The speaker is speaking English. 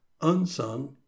unsung